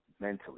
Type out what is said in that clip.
mentally